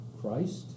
Christ